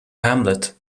hamlet